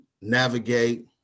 navigate